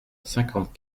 cinquante